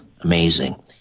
Amazing